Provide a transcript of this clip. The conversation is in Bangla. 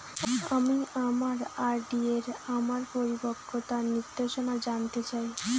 আমি আমার আর.ডি এর আমার পরিপক্কতার নির্দেশনা জানতে চাই